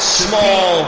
small